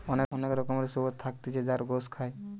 অনেক রকমের শুয়োর থাকতিছে যার গোস খায়